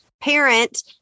parent